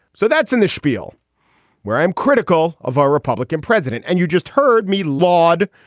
so that's in the schpiel where i'm critical of our republican president. and you just heard me, lord,